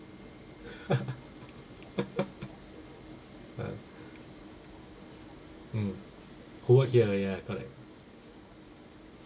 ah mm who works here ya ya correct